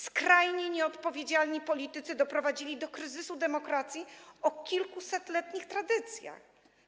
Skrajnie nieodpowiedzialni politycy doprowadzili do kryzysu demokracji o kilkusetletnich tradycjach.